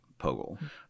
Pogel